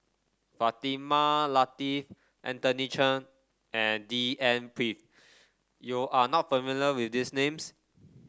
Fatimah Lateef Anthony Chen and D N Pritt you are not familiar with these names